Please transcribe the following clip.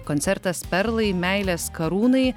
koncertas perlai meilės karūnai